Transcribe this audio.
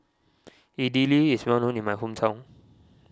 Idili is well known in my hometown